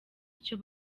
icyo